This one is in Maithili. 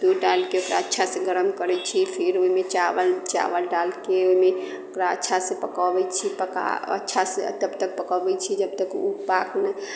दूध डालके ओकरा अच्छासे गरम करैत छी फिर ओहिमे चावल चावल डालके ओहिमे ओकरा अच्छासे पकबैत छी पका अच्छा से तब तक पकबैत छी जब तक ओ पाक नहि